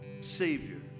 Savior